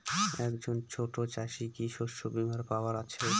একজন ছোট চাষি কি শস্যবিমার পাওয়ার আছে?